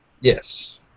Yes